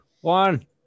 one